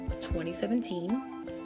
2017